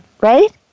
right